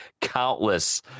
countless